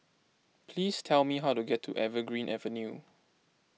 please tell me how to get to Evergreen Avenue